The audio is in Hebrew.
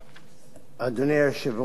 אדוני היושב-ראש, כנסת נכבדה,